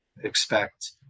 expect